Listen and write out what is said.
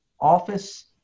office